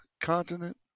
continent